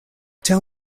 tell